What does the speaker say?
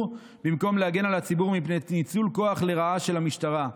במקום להגן על הציבור מפני ניצול כוח לרעה של המשטרה,